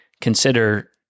consider